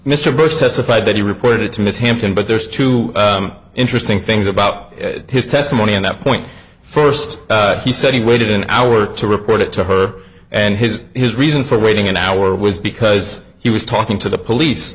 bush testified that he reported to miss hampton but there's two interesting things about his testimony on that point first he said he waited an hour to report it to her and his his reason for waiting an hour was because he was talking to the police